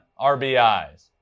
RBIs